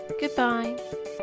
Goodbye